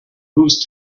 whose